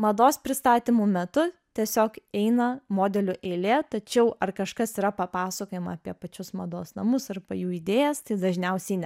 mados pristatymų metu tiesiog eina modelių eilė tačiau ar kažkas yra papasakojama apie pačius mados namus arba jų idėjas tai dažniausiai ne